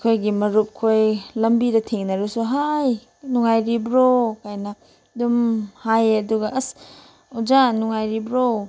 ꯑꯩꯈꯣꯏꯒꯤ ꯃꯔꯨꯞꯈꯣꯏ ꯂꯝꯕꯤꯗ ꯊꯦꯡꯅꯔꯁꯨ ꯍꯥꯏ ꯅꯨꯉꯥꯏꯔꯤꯕ꯭ꯔꯣ ꯀꯥꯏꯅ ꯑꯗꯨꯝ ꯍꯥꯏꯌꯦ ꯑꯗꯨꯒ ꯑꯁ ꯑꯣꯖꯥ ꯅꯨꯡꯉꯥꯏꯔꯤꯕ꯭ꯔꯣ